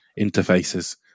interfaces